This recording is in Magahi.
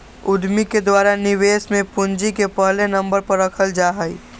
उद्यमि के द्वारा निवेश में पूंजी के पहले नम्बर पर रखल जा हई